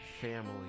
family